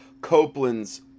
Copeland's